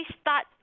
start